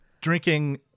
drinking